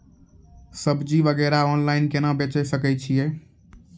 सब्जी वगैरह ऑनलाइन केना बेचे सकय छियै?